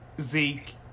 Zeke